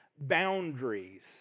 boundaries